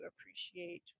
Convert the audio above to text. appreciate